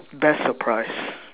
best surprise